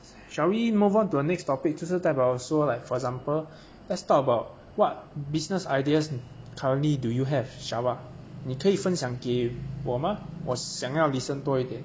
shall we move on to the next topic 就是代表说 like for example let's talk about what business ideas currently do you have shower 你可以分享给我吗我想要 listen 多一点